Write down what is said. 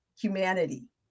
humanity